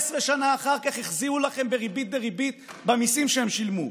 שנה אחר כך החזירו לכם בריבית דריבית במיסים שהם שילמו.